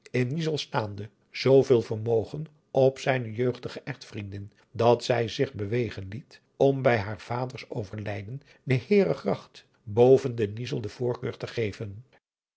niezel staande zooveel vermogen op zijne jeugdige echtvriendin dat zij zich bewegen liet om bij haar vaders overlijden de heeregracht boven de niezel de voorkeur te geven